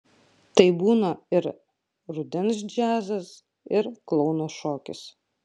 tai būna ir rudens džiazas ir klouno šokis